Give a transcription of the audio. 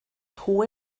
hohe